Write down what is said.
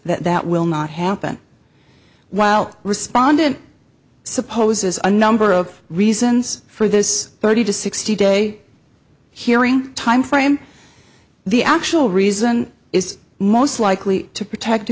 that will not happen while respondent supposes a number of reasons for this thirty to sixty day hearing timeframe the actual reason is most likely to protect a